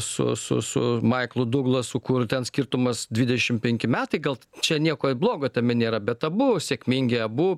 su su su maiklu duglasu kur ten skirtumas dvidešim penki metai gal čia nieko blogo tame nėra bet abu sėkmingi abu